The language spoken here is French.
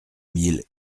mille